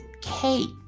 Kate